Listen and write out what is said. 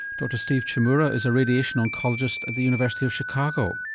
dr steve chmura is a radiation oncologist at the university of chicago.